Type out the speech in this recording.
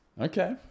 Okay